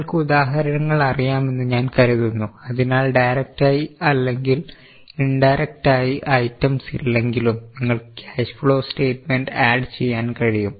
നിങ്ങൾക്ക് ഉദാഹരണങ്ങൾ അറിയാമെന്ന് ഞാൻ കരുതുന്നു അതിനാൽ ഡയറക്റ്റ് ആയി അല്ലെങ്കിൽ ഇൻഡയറക്റ്റ് ആയി ഐറ്റംസ് ഇല്ലെങ്കിലും നിങ്ങൾക്ക് ക്യാഷ് ഫ്ലോ സ്റ്റയ്റ്റ്മെൻറ്റ് ആഡ് ചെയ്യാൻ കഴിയും